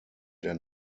der